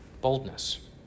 Boldness